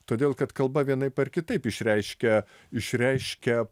todėl kad kalba vienaip ar kitaip išreiškia išreiškia